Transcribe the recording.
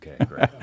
okay